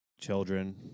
children